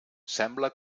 sembla